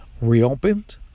reopened